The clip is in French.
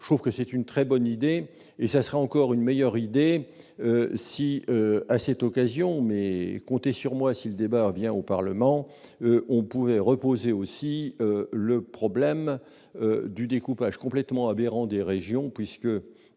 sauf que c'est une très bonne idée et ça sera encore une meilleure idée si à cette occasion, mais comptez sur moi, si le débat revient au Parlement, on pouvait reposer aussi le problème du découpage complètement aberrant des régions puisque